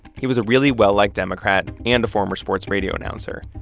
he was a really well-liked democrat and a former sports radio announcer.